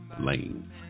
Lane